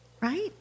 right